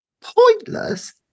Pointless